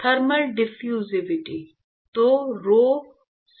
thermal diffusivity